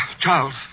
Charles